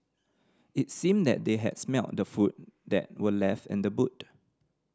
it seemed that they had smelt the food that were left in the boot